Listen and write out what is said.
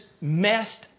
messed